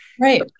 Right